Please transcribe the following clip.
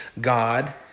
God